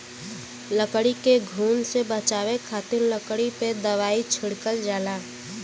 लकड़ी के घुन से बचावे खातिर लकड़ी पे दवाई छिड़कल जाला